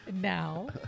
Now